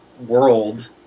world